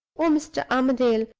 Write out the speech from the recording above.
oh, mr. armadale,